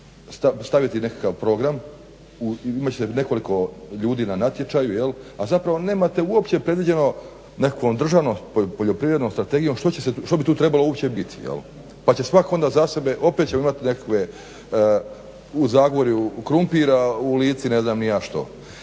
staviti nekakav program, imat ćete nekoliko ljudi na natječaju, a zapravo nemate uopće predviđeno nekakvom državnom poljoprivrednom strategijom što bi tu trebalo uopće biti pa će svatko onda za sebe, opet ćemo imati nekakve u Zagorju krumpir, a u Lici ne znam ni ja što.